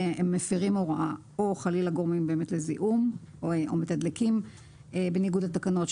אחרי שהם מפרים הוראה או חלילה גורמים לזיהום או מתדלקים בניגוד לתקנות,